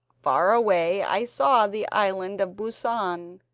far away i saw the island of busan.